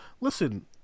listen